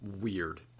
weird